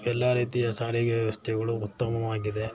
ಎಲ್ಲ ರೀತಿಯ ಸಾರಿಗೆ ವ್ಯವಸ್ಥೆಗಳು ಉತ್ತಮವಾಗಿದೆ